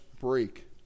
break